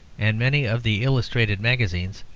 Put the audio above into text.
and many of the illustrated magazines,